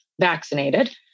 vaccinated